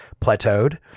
plateaued